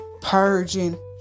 purging